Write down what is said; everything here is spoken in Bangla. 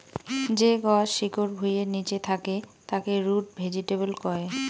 যে গছ শিকড় ভুঁইয়ের নিচে থাকে তাকে রুট ভেজিটেবল কয়